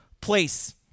place